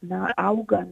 na auga